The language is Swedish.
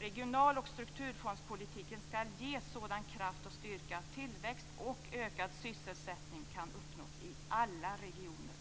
Regional och strukturfondspolitiken skall ges sådan kraft och styrka att tillväxt och ökad sysselsättning kan uppnås i alla regioner.